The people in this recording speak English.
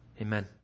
amen